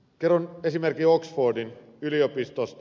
kerron esimerkin oxfordin yliopistosta